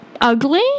ugly